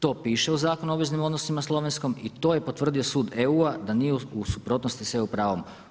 To piše u Zakonu o obveznim odnosima slovenskom i to je potvrdio Sud EU-a da nije u suprotnosti da EU pravom.